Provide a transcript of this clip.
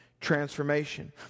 transformation